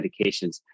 medications